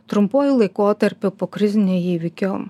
trumpuoju laikotarpiu po krizinio įvykio